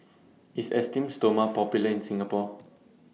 IS Esteem Stoma Popular in Singapore